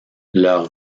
leur